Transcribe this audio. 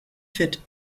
fit